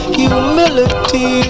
humility